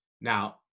Now